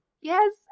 Yes